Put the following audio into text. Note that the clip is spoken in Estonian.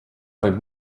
võib